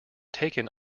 taken